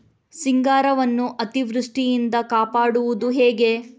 ಸಿಂಗಾರವನ್ನು ಅತೀವೃಷ್ಟಿಯಿಂದ ಕಾಪಾಡುವುದು ಹೇಗೆ?